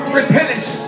repentance